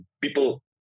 People